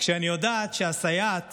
כשאני יודעת שהסייעת